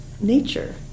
nature